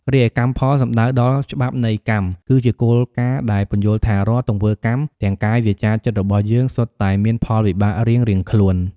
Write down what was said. រីឯកម្មផល សំដៅដល់ច្បាប់នៃកម្ម គឺជាគោលការណ៍ដែលពន្យល់ថា រាល់ទង្វើកម្ម ទាំងកាយ វាចា ចិត្ត របស់យើង សុទ្ធតែមានផលវិបាករៀងៗខ្លួន។